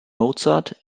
mozart